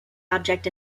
object